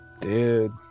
dude